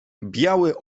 biały